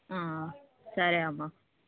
సరే అమ్మ